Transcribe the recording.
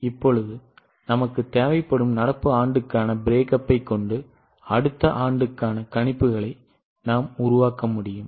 இப்போது நமக்கு தேவையான நடப்பு ஆண்டுக்கான பிரேக்கப்பை அடுத்த ஆண்டுக்கான கணிப்புகளை நாம் உருவாக்க முடியும்